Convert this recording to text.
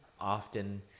often